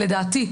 לדעתי,